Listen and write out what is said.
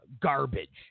garbage